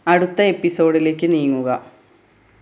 അടുത്ത എപ്പിസോഡിലേക്ക് നീങ്ങുക